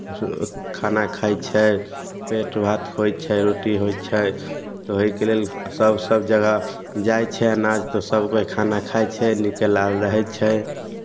खाना खाइ छै पेट भात होइ छै रोटी होइ छै तऽ ओहिके लेल सभ सभजगह जाइ छै अनाज तऽ सभकोइ खाना खाइ छै नीके ना लेल रहै छै